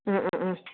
ꯑ ꯑ ꯑ